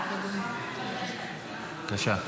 בבקשה.